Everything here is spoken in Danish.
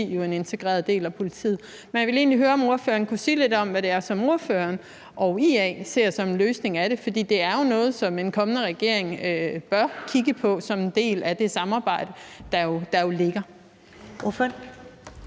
politi jo en integreret del af politiet. Jeg vil egentlig høre, om ordføreren kan sige lidt om, hvad ordføreren og IA ser som løsningen, for det er noget, som en kommende regering bør kigge på som en del af det samarbejde, der ligger. Kl.